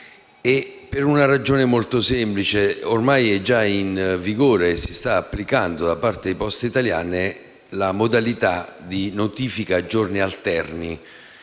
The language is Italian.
per una ragione molto semplice. Ormai è già in vigore e si sta applicando, da parte di Poste italiane, la modalità di notifica a giorni alterni